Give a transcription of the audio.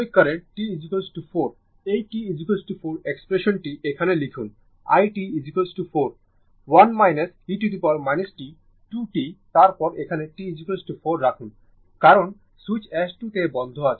প্রাথমিক current t 4 এই t 4 এক্সপ্রেশনটি এখানে লিখুন i t 4 1 e t 2 t তারপর এখানে t 4 রাখুন কারণ সুইচ S2 তে বন্ধ আছে